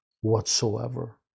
whatsoever